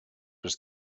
was